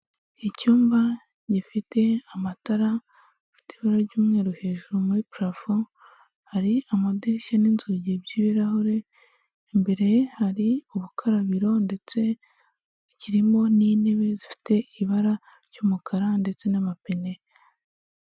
Icyumba gifite amatara afite ibara ry'umweru hejuru muri purafo, hari amadirishya n'inzugi by'ibirahure, imbere hari ubukarabiro ndetse kirimo n'intebe zifite ibara ry'umukara ndetse n'amapine.